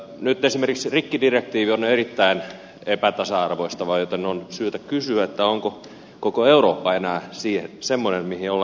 nyt esimerkiksi rikkidirektiivi on erittäin epätasa arvoistava joten on syytä kysyä onko koko eurooppa enää semmoinen mihin olemme liittyneet